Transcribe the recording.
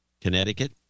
Connecticut